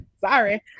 Sorry